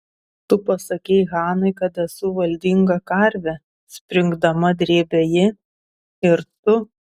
tu pasakei hanai kad esu valdinga karvė springdama drėbė ji ir tu